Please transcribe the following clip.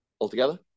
Altogether